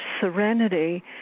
serenity